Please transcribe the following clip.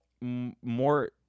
more